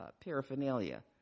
paraphernalia